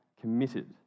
committed